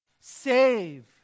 save